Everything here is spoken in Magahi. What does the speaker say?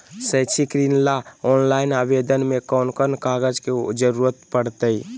शैक्षिक ऋण ला ऑनलाइन आवेदन में कौन कौन कागज के ज़रूरत पड़तई?